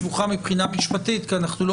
היא סבוכה מבחינה משפטית כי אנחנו לא